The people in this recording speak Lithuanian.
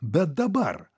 bet dabar